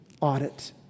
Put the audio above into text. audit